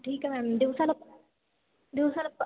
ठीक आहे मॅम दिवसाला दिवसाला